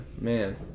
man